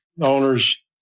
owners